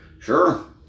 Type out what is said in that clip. Sure